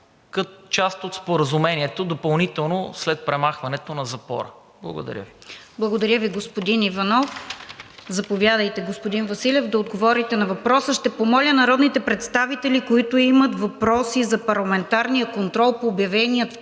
лв., част от споразумението, допълнително след премахването на запора? Благодаря Ви. ПРЕДСЕДАТЕЛ РОСИЦА КИРОВА: Благодаря ви, господин Иванов. Заповядайте, господин Василев, да отговорите на въпроса. Ще помоля народните представители, които имат въпроси за парламентарния контрол по обявения